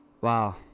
Wow